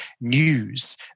news